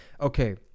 okay